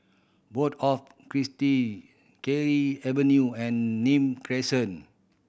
Board of Avenue and Nim Crescent